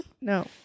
No